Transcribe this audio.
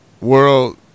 World